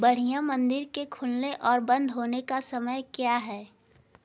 बढ़िया मंदिर के खुलने और बंद होने का समय क्या है